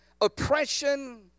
oppression